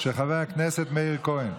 של חבר הכנסת מאיר כהן.